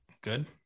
Good